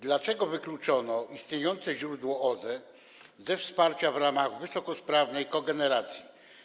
Dlaczego wykluczono istniejące źródła OZE ze wspieranych w ramach wysokosprawnej kogeneracji?